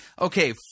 Okay